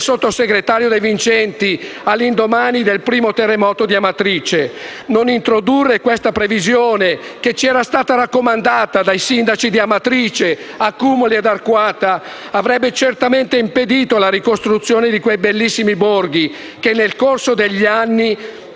sottosegretario De Vincenti, all'indomani del primo terremoto di Amatrice. Non introdurre questa previsione, che ci era stata raccomandata dai sindaci di Amatrice, Accumoli e Arquata, avrebbe certamente impedito la ricostruzione di quei bellissimi borghi che nel corso degli anni